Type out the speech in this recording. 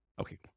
Okay